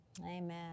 Amen